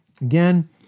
again